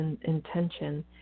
intention